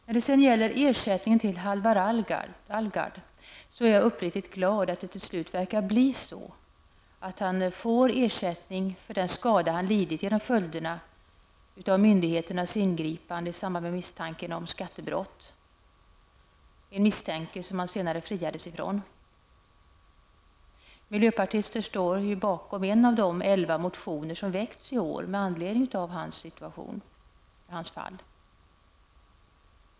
När det gäller ersättningen till Halvar Alvgard är jag uppriktigt glad över att det till slut verkar bli så att han får ersättning för den skada han lidit på grund av myndigheternas ingripande i samband med misstanken om skattebrott, en misstanke som han senare har friats från. Miljöpartister står bakom en av de elva motioner som väckts i år med anledning av hans fall.